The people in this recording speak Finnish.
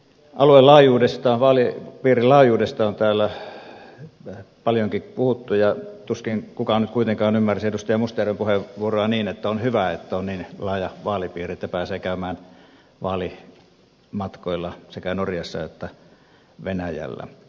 vaalipiirin laajuudesta on täällä paljonkin puhuttu ja tuskin kukaan nyt kuitenkaan ymmärsi edustaja mustajärven puheenvuoroa niin että on hyvä että on niin laaja vaalipiiri että pääsee käymään vaalimatkoilla sekä norjassa että venäjällä